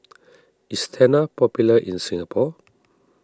is Tena popular in Singapore